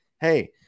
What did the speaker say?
hey